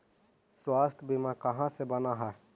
स्वास्थ्य बीमा कहा से बना है?